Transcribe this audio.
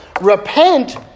Repent